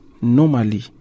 normally